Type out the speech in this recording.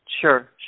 Sure